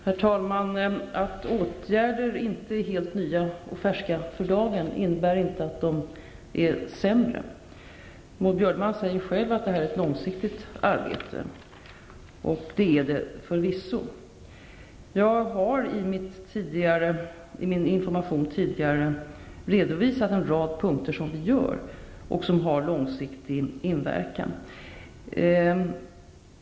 Herr talman! Att åtgärderna inte är helt nya och färska för dagen innebär inte att de är sämre. Maud Björnemalm sade själv att detta är ett långsiktigt arbete, och det är det förvisso. Jag har i min information tidigare redovisat en rad saker som vi gör och som har långsiktig inverkan.